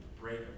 break